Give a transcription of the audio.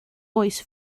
oes